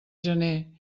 gener